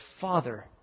Father